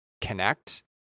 connect